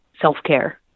self-care